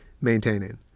maintaining